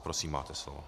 Prosím, máte slovo.